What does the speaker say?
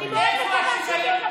מה זה קשור?